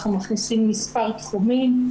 אנחנו מכניסים מספר תחומים,